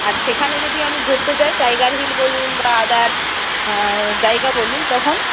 আর সেখানে যদি আমি ঘুরতে যাই টাইগার হিল বলুন বা আদার্স জায়গা বলুন তখন